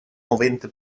movente